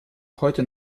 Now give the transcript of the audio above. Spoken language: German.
heute